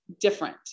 different